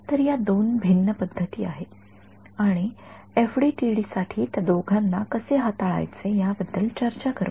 तर या दोन भिन्न पध्दती आहेत आणि आपण एफडीटीडी साठी त्या दोघांना कसे हाताळायचे याबद्दल चर्चा करू